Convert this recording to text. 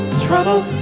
trouble